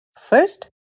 First